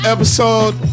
Episode